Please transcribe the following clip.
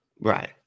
Right